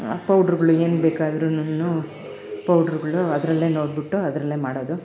ಪೌಡ್ರುಗಳು ಏನು ಬೇಕಾದ್ರುನುನು ಪೌಡ್ರುಗಳು ಅದರಲ್ಲೇ ನೋಡಿಬಿಟ್ಟು ಅದರಲ್ಲೇ ಮಾಡೋದು